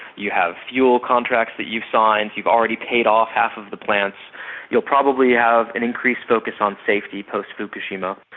you have fuel contracts that you've signed, you've already paid off half of the plants, and you'll probably have an increased focus on safety post-fukushima.